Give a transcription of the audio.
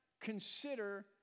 consider